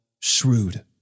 Shrewd